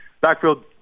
Backfield